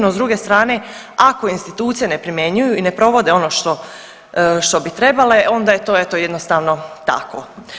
No s druge strane ako institucije ne primjenjuju i ne provode ono što, što bi trebale onda je to eto jednostavno tako.